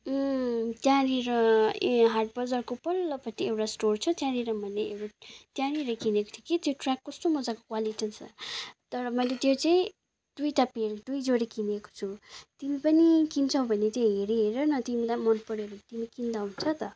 अँ त्यहाँनिर हाटबजारको पल्लोपट्टि एउटा स्टोर छ त्यहाँनिर मैले त्यहाँनिर किनेको थिएँ कि त्यो ट्र्याक कस्तो मज्जाको क्वालिटी छ तर मैले त्यो चाहिँ दुइटा पेयर दुईजोडी किनेको छु तिमी पनि किन्छौ भने चाहिँ हेरिहेर न तिमीलाई मनपर्यो भने तिमी किन्दा हुन्छ त